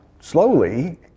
slowly